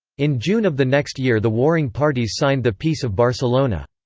in june of the next year the warring parties signed the peace of barcelona.